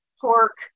pork